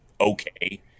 Okay